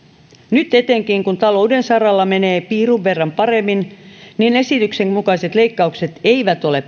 nyt kun talouden saralla menee piirun verran paremmin esityksen mukaiset leikkaukset eivät ole